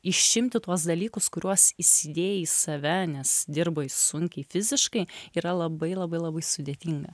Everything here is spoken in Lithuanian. išimti tuos dalykus kuriuos įsidėjai save nes dirbai sunkiai fiziškai yra labai labai labai sudėtinga